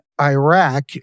Iraq